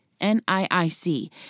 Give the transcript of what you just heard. N-I-I-C